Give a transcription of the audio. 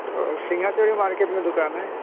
वो सिंघाचोरी मार्किट में दुकान है